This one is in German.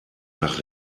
nach